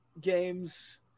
games